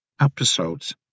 episodes